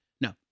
No